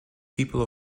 people